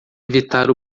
evitar